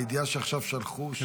הידיעה שעכשיו שלחו,